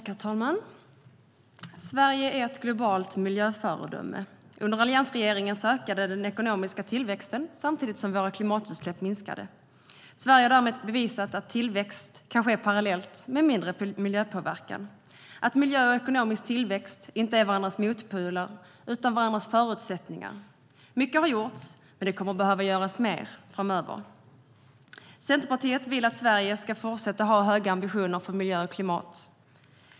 Herr talman! Sverige är ett globalt miljöföredöme. Under alliansregeringen ökade den ekonomiska tillväxten samtidigt som våra klimatutsläpp minskade. Sverige har därmed bevisat att tillväxt kan ske parallellt med mindre miljöpåverkan och att miljö och ekonomisk tillväxt inte är varandras motpoler utan varandras förutsättningar. Mycket har gjorts, men det kommer att behöva göras mer framöver. Centerpartiet vill att Sverige ska fortsätta att ha höga ambitioner för miljö och klimat.